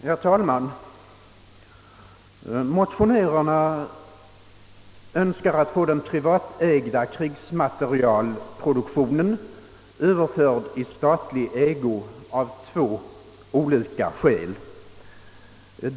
Herr talman! Motionärerna önskar få den privatägda krigsmaterielproduktionen överförd i statlig ägo av två skäl.